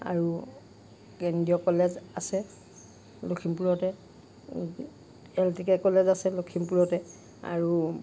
আৰু কেন্দ্ৰীয় কলেজ আছে লখিমপুৰতে পলিটিকেল কলেজ আছে লখিমপুৰতে আৰু